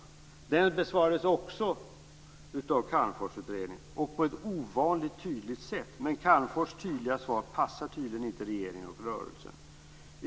Också den besvarades av Calmforsutredningen och på ett ovanligt tydligt sätt, men Calmfors tydliga svar passar tydligen inte regeringen och rörelsen.